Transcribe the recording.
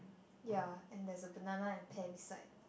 ya and there is a banana in Pam side